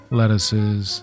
lettuces